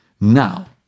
Now